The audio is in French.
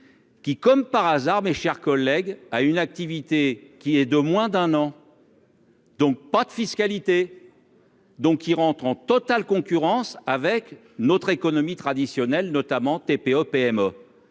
Qui comme par hasard, mes chers collègues, à une activité qui est de moins d'un an. Donc pas de fiscalité. Donc, il rentre en totale concurrence avec notre économie traditionnelle notamment TPE-PME,